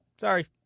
sorry